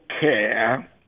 care